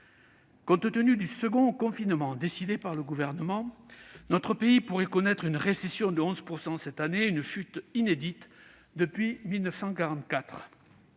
Compte tenu du deuxième confinement décidé par le Gouvernement, notre pays pourrait connaître une récession de 11 % cette année, une chute inédite depuis 1944.